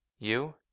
you?